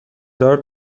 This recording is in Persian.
دار